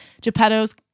Geppetto's